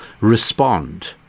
respond